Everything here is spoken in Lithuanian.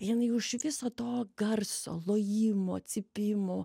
jinai už viso to garso lojimo cypimo